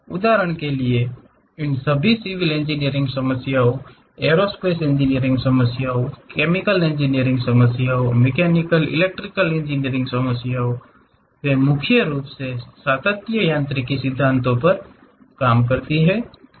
उदाहरण के लिए इन सभी सिविल इंजीनियरिंग समस्याओं एयरोस्पेस इंजीनियरिंग समस्या chemical engineering mechanical electrical engineering वे मुख्य रूप से सातत्य यांत्रिकी सिद्धांतों पर काम करते हैं